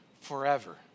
forever